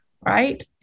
right